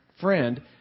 friend